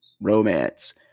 romance